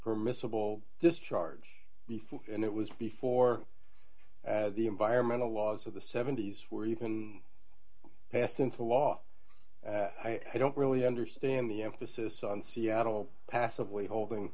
permissible discharge before and it was before the environmental laws of the seventy's where you can passed into law i don't really understand the emphasis on seattle passively holding